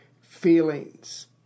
feelings